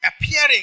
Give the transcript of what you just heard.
appearing